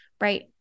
right